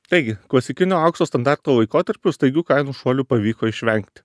taigi klasikinio aukso standarto laikotarpiu staigių kainų šuolių pavyko išvengti